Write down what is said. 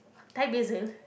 Thai Basil